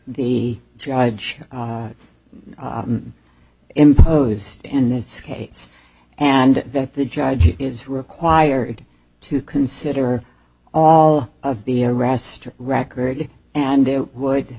the judge imposed in this case and that the judge is required to consider all of the arrest record and you would